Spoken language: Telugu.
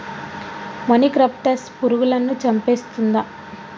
మొనిక్రప్టస్ పురుగులను చంపేస్తుందా?